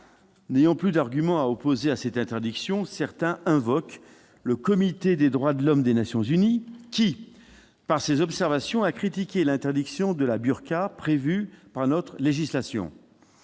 N'ayant plus d'argument à opposer à cette interdiction, certains invoquent le Comité des droits de l'homme des Nations unies, qui, par ses observations, a critiqué l'interdiction de la burqa prévue par notre législation.